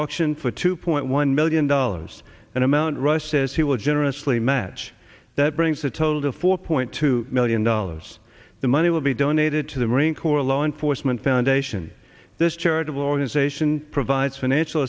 auctioned for two point one million dollars an amount rush says he will generously match that brings the total to four point two million dollars the money will be donated to the marine corps law enforcement foundation this charitable organization provides financial